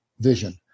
vision